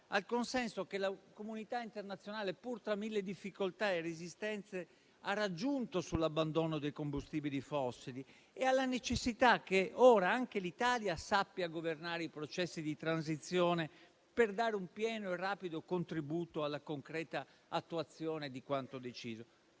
al consenso che la comunità internazionale, pur tra mille difficoltà e resistenze, ha raggiunto sull'abbandono dei combustibili fossili e alla necessità che ora anche l'Italia sappia governare i processi di transizione, per dare un pieno e rapido contributo alla concreta attuazione di quanto deciso.